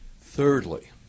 Thirdly